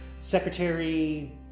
secretary